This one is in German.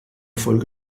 folge